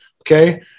okay